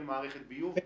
אין מערכת ביוב.